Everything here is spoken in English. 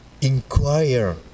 inquire